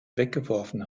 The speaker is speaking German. weggeworfen